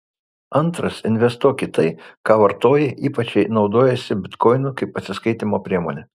antras investuok į tai ką vartoji ypač jei naudojiesi bitkoinu kaip atsiskaitymo priemone